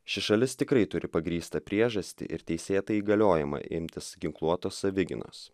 ši šalis tikrai turi pagrįstą priežastį ir teisėtą įgaliojimą imtis ginkluotos savigynos